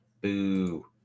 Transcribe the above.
Boo